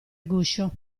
guscio